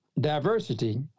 diversity